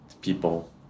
people